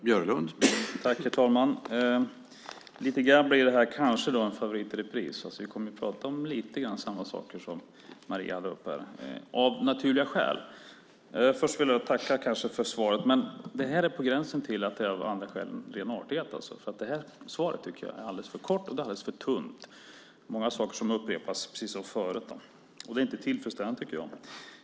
Herr talman! Detta blir kanske lite grann av en favorit i repris. Vi kommer att prata om ungefär samma saker som Maria hade uppe här, av naturliga skäl. Jag tackar för svaret, men det är på gränsen till att det enda skälet är ren artighet. Jag tycker att svaret är alldeles för kort och alldeles för tunt. Det är många saker som upprepas, precis som förut. Det är inte tillfredsställande, tycker jag.